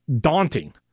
daunting